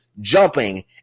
jumping